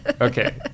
Okay